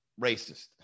racist